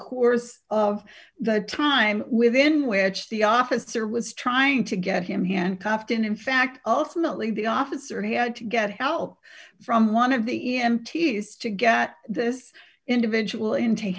course of the time within which the officer was trying to get him handcuffed and in fact ultimately the officer had to get help from one of the e m t is to get this individual int